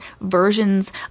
versions